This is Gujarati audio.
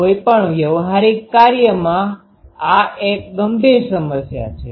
કોઈપણ વ્યવહારિક કાર્યમાં આ એક ગંભીર સમસ્યા છે